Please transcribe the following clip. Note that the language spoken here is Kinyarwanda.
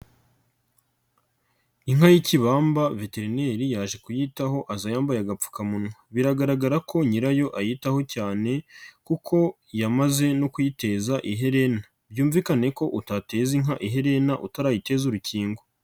Inka y'ikibamba viterineri yaje kuyitaho aza yambaye agapfukamunwa, biragaragara ko nyirayo ayitaho cyane kuko yamaze no kuyiteza iherena, byumvikane ko utateza inka iherena utarayiteza urukingo.